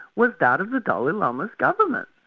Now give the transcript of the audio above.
was that of the dalai lama's government.